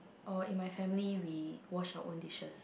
orh in my family we wash our own dishes